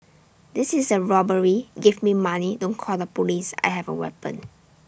this is A robbery give me money don't call the Police I have A weapon